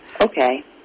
okay